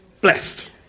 blessed